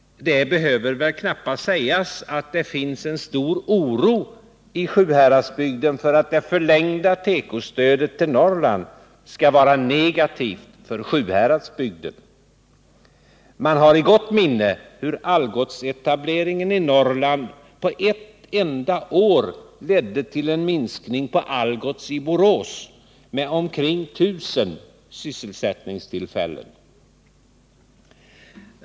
Det behöver väl knappast sägas att det finns en stor oro i Sjuhäradsbygden för att det förlängda tekostödet till Norrland skall vara negativt för Sjuhäradsbygden. Man har i gott minne hur Algotsetableringen i Norrland på ett enda år ledde till en minskning på Algots i Borås med omkring 1000 sysselsättningstillfällen.